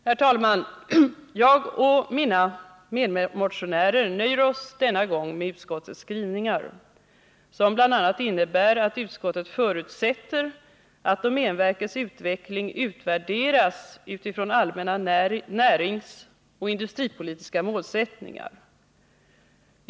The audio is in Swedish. Herr talman! Jag och mina medmotionärer nöjer oss denna gång med utskottets skrivning, som bl.a. innebär att utskottet förutsätter att domänverkets utveckling utvärderas utifrån allmänna näringsoch industripolitiska målsättningar.